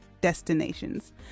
destinations